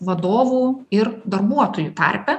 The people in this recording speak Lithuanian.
vadovų ir darbuotojų tarpe